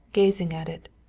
gazing at it.